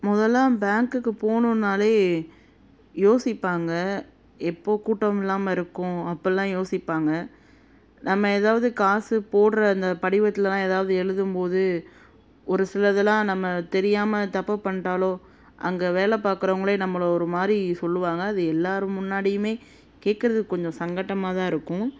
முதலாம் பேங்குக்கு போணும்னாலே யோசிப்பாங்கள் எப்போது கூட்டம் இல்லாமல் இருக்கும் அப்பட்லாம் யோசிப்பாங்கள் நம்ம எதாவது காசு போடுற அந்த படிவத்திலலாம் ஏதாவது எழுதும் போது ஒரு சிலதுலாம் நம்ம தெரியாமல் தப்பு பண்ணிட்டாலோ அங்கே வேலை பார்க்குறவங்களே நம்மளை ஒருமாதிரி சொல்லுவாங்கள் அது எல்லாரும் முன்னாடியுமே கேட்குறது கொஞ்சம் சங்கட்டமாக தான் இருக்கும்